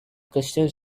crystal